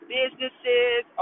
businesses